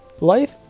Life